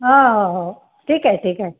हो हो ठीक आहे ठीक आहे